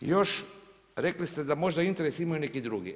I još rekli ste da možda interes imaju i neki drugi.